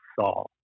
Saul